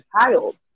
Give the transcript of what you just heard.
child